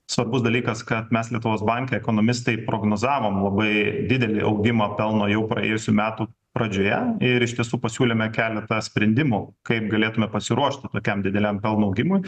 svarbus dalykas kad mes lietuvos banke ekonomistai prognozavom labai didelį augimą pelno jau praėjusių metų pradžioje ir iš tiesų pasiūlėme keletą sprendimų kaip galėtume pasiruošti tokiam dideliam pelno augimui